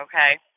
okay